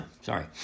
sorry